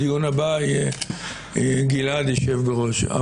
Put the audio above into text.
בדיון הבא גלעד ישב בראש.